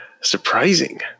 surprising